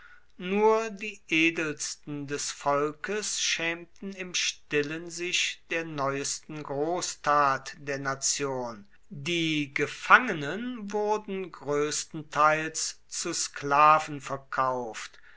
nur die edelsten des volkes schämten im stillen sich der neuesten großtat der nation die gefangenen wurden größtenteils zu sklaven verkauft